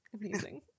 amazing